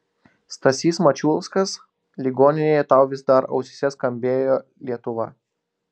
stasys mačiulskas ligoninėje tau vis dar ausyse skambėjo lietuva